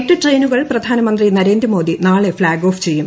എട്ട് ട്രെയിനുകൾ പ്രധാനമന്ത്രി നരേന്ദ്രമോദി നാളെ ഫ്ളാഗ് ഓഫ് ചെയ്യും